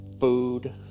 food